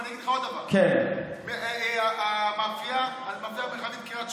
אבל אני אגיד לך עוד דבר: המאפייה המרחבית בקריית שמונה,